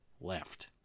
left